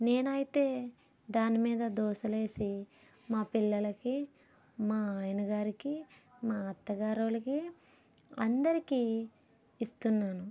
నేను అయితే దాని మీద దోసలు వేసి మా పిల్లలకి మా ఆయనగారికి మా అత్తగారు వాళ్ళకి అందరికీ ఇస్తున్నాను